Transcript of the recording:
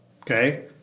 Okay